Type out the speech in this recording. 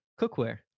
cookware